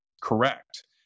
correct